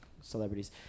celebrities